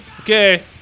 okay